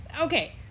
okay